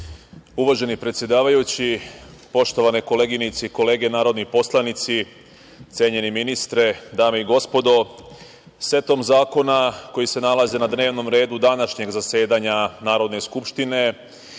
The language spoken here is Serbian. Uvaženi predsedavajući, poštovane koleginice i kolege narodni poslanici, cenjeni ministre, dame i gospodo, setom zakona koji se nalaze na dnevnom redu današnjeg zasedanja Narodne skupštine